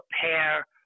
prepare